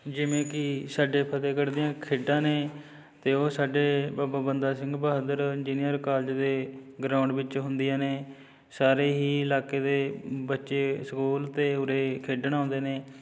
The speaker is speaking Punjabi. ਜਿਵੇਂ ਕਿ ਸਾਡੇ ਫਤਿਹਗੜ੍ਹ ਦੀਆਂ ਖੇਡਾਂ ਨੇ ਅਤੇ ਉਹ ਸਾਡੇ ਬਾਬਾ ਬੰਦਾ ਸਿੰਘ ਬਹਾਦਰ ਇੰਜੀਨੀਅਰ ਕਾਲਜ ਦੇ ਗਰਾਉਂਡ ਵਿੱਚ ਹੁੰਦੀਆਂ ਨੇ ਸਾਰੇ ਹੀ ਇਲਾਕੇ ਦੇ ਬੱਚੇ ਸਕੂਲ ਤੇ ਉਰੇ ਖੇਡਣ ਆਉਂਦੇ ਨੇ